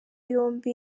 yombi